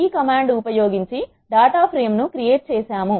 ఈ కమాండ్ ఉపయోగించి data frame ను క్రియేట్ చే సాము